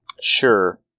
Sure